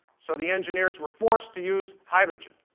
so the engineers were forced to use hydrogen.